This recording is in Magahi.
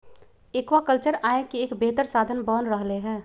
एक्वाकल्चर आय के एक बेहतर साधन बन रहले है